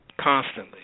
Constantly